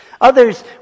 Others